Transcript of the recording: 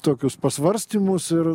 tokius pasvarstymus ir